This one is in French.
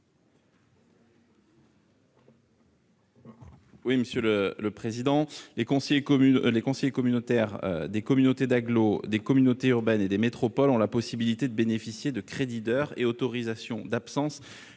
à M. le rapporteur. Les conseillers communautaires des communautés d'agglomération, des communautés urbaines et des métropoles ont la possibilité de bénéficier de crédits d'heures et d'autorisations d'absence